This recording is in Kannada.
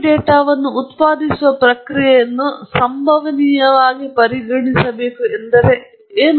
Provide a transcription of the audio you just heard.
ಈಗ ಪ್ರತಿ ಡೇಟಾವನ್ನು ಉತ್ಪಾದಿಸುವ ಪ್ರಕ್ರಿಯೆಯನ್ನು ಸಂಭವನೀಯವಾಗಿ ಪರಿಗಣಿಸಬೇಕು ಎಂದು ಅರ್ಥವೇನು